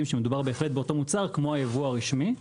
שמדובר באותו מוצר כמו הייבוא הרשמי.